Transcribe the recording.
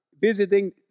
visiting